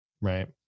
right